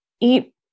eat